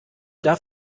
darf